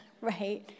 right